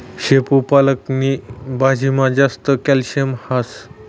शेपू पालक नी भाजीमा जास्त कॅल्शियम हास